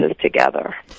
together